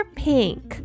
pink